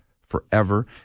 forever